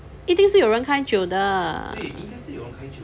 一定是有人开酒的